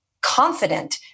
confident